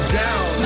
down